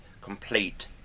complete